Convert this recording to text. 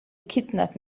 kidnap